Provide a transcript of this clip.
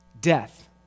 Death